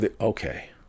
okay